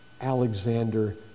Alexander